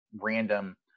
random